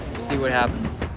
see what happens